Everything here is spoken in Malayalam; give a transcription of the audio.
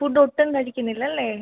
ഫുഡ്ഡൊട്ടും കഴിക്കുന്നില്ല അല്ലേ